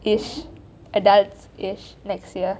ish adults ish next yar